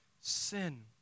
sin